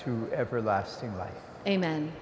to everlasting life amen